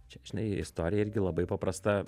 čia žinai istorija irgi labai paprasta